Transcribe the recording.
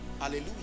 hallelujah